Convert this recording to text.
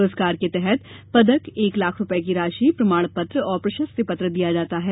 पुरस्कार के तहत पदक एक लाख रूपये की राशि प्रमाणपत्र और प्रशस्ति पत्र दिया जाता है